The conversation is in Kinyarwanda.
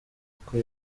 uko